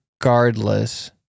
Regardless